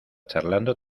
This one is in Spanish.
charlando